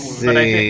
see